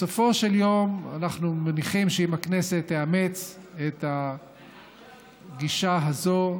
בסופו של יום אנחנו מניחים שאם הכנסת תאמץ את הגישה הזו,